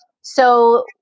So-